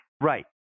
right